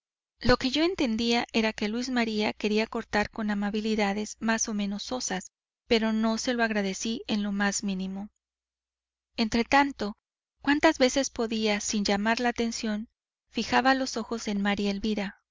lo que yo entendía era que luis maría quería cortar con amabilidades más o menos sosas pero no se lo agradecí en lo más mínimo entretanto cuantas veces podía sin llamar la atención fijaba los ojos en maría elvira